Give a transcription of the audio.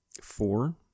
four